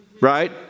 Right